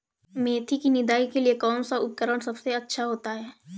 मेथी की निदाई के लिए कौन सा उपकरण सबसे अच्छा होता है?